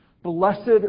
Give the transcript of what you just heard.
Blessed